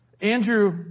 Andrew